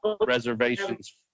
reservations